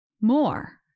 More